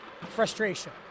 frustration